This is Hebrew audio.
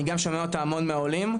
אני גם שומע אותה המון מהעולים.